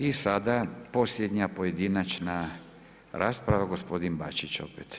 I sada posljednja pojedinačna rasprava, gospodin Bačić opet.